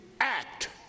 act